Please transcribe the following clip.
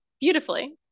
beautifully